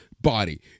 body